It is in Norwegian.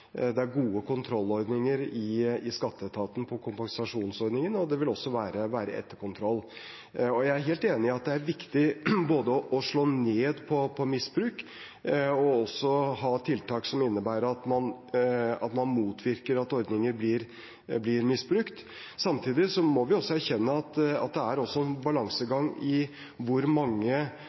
Det er gode kontrollordninger i skatteetaten på kompensasjonsordningen, og det vil også være etterkontroll. Jeg er helt enig i at det er viktig både å slå ned på misbruk og også ha tiltak som innebærer at man motvirker at ordninger blir misbrukt. Samtidig må vi erkjenne at det er en balansegang i hvor mye kontroll og hvor mange